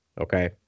Okay